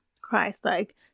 Christ-like